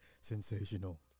Sensational